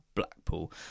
Blackpool